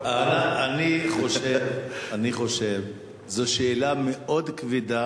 אני חושב שזו שאלה מאוד כבדה